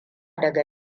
daga